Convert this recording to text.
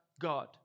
God